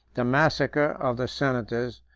the massacre of the senators,